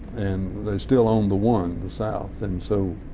and they still own the one, the south, and so